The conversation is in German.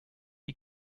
die